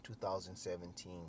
2017